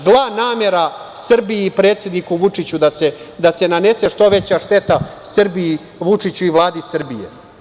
Zla namera Srbiji, predsedniku Vučiću, da se nanese što veća šteta Srbiji, Vučiću i Vladi Srbije.